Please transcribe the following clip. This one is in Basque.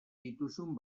dituzun